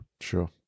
Sure